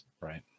Right